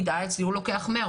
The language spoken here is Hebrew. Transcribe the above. הוא יגיד שאצלו הוא לוקח 100,